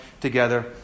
together